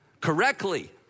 correctly